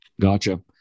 Gotcha